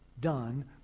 done